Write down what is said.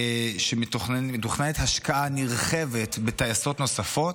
שמתוכננת השקעה נרחבת בטייסות נוספות,